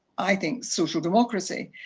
i think, social democracy.